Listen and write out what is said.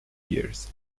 years